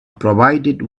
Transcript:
provided